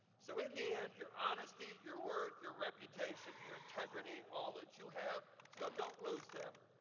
so in the end, your honesty, your word, your reputation, your integrity, all that you have. so don't lose them.